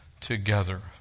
together